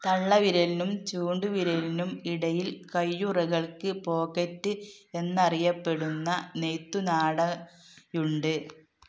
തള്ളവിരലിനും ചൂണ്ടുവിരലിനും ഇടയിൽ കയ്യുറകൾക്ക് പോക്കറ്റ് എന്നറിയപ്പെടുന്ന നെയ്ത്തുനാട ഉണ്ട്